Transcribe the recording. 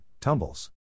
tumbles